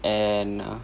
and ah